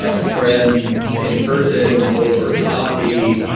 ah friend in person over coffee,